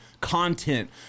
content